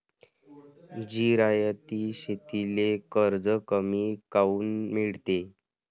जिरायती शेतीले कर्ज कमी काऊन मिळते?